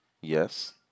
Yes